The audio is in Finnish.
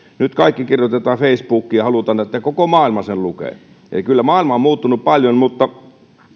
nyt kaikki kirjoitetaan facebookiin ja halutaan että koko maailma sen lukee eli kyllä maailma on muuttunut paljon mutta